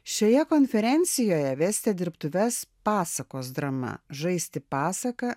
šioje konferencijoje vesite dirbtuves pasakos drama žaisti pasaką